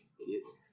idiots